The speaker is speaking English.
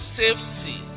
safety